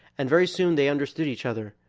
and very soon they understood each other,